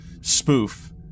spoof